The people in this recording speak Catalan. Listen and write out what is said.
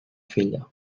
filla